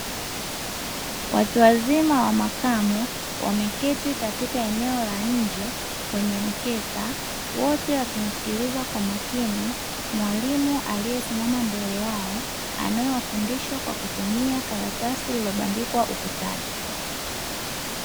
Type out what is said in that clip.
Watuwazima wa makamo wameketi katika eneo la nje kwenye mkeka wote wakimsikiliza kwa makini mwalimu aliyesimama mbele yao, anayewafundisha kwa kutumia karatasi lililobandikwa ukutani.